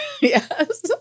yes